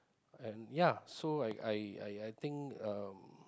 and ya so I I I I think um